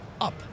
up